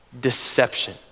deception